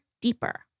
deeper